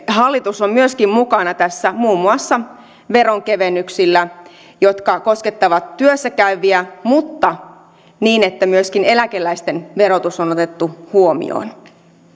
hallitus on myöskin mukana tässä muun muassa veronkevennyksillä jotka koskettavat työssä käyviä mutta niin että myöskin eläkeläisten verotus on on otettu huomioon